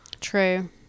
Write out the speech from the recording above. True